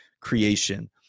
creation